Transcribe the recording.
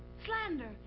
slander!